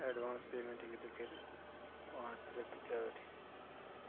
advance payment ہیٚکِو تُہۍ کٔرِتھ پانٛژھ رۄپیہِ چریٹی